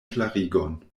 klarigon